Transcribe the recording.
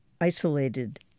isolated